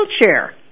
wheelchair